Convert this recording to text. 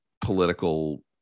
political